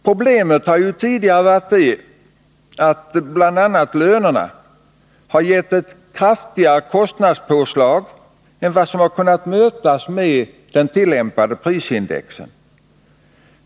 Problemet har tidigare varit att bl.a. lönerna gett ett kraftigare kostnadspåslag än vad söm har kunnat mötas med den tillämpade prisindexen.